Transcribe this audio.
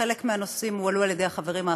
וחלק מהנושאים הועלו על ידי החברים האחרים,